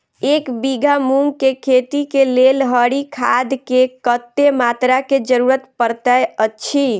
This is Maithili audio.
एक बीघा मूंग केँ खेती केँ लेल हरी खाद केँ कत्ते मात्रा केँ जरूरत पड़तै अछि?